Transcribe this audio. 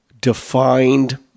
defined